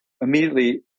immediately